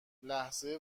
لحظه